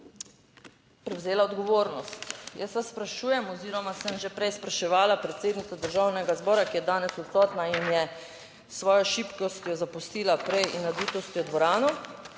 prevzela odgovornost. Jaz vas sprašujem oziroma sem že prej spraševala predsednico Državnega zbora, ki je danes odsotna in je s svojo šibkostjo zapustila prej in nadutostjo dvorano,